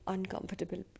Uncomfortable